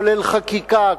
כולל חקיקה,